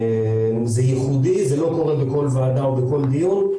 זה ייחודי, זה לא קורה בכל ועדה או בכל דיון.